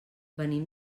venim